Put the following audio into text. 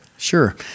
Sure